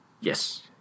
yes